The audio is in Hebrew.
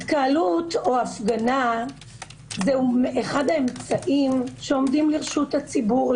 התקהלות או הפגנה זה אחד האמצעים שעומדים לרשות הציבור.